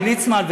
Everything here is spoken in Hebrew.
עם ליצמן,